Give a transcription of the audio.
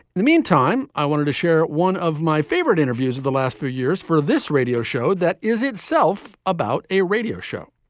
meantime, i wanted to share one of my favorite interviews of the last few years for this radio show that is itself about a radio show,